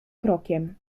krokiem